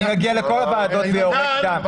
-- אני מגיע לכל הוועדות ויורק דם.